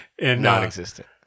Non-existent